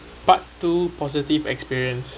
part two positive experience